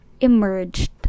emerged